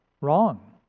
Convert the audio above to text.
wrong